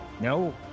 No